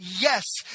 yes